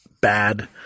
bad